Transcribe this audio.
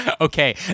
Okay